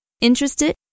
Interested